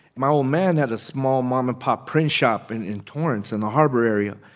my old man had a small mom-and-pop print shop and in torrance, in the harbor area.